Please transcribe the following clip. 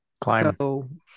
climb